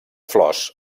flors